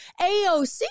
AOC